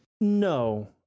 No